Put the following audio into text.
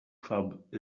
club